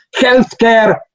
healthcare